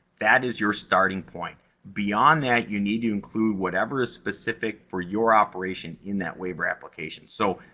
that is your starting point. beyond that, you need to include whatever is specific for your operation in that waiver application. so,